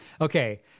okay